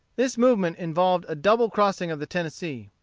this movement involved a double crossing of the tennessee.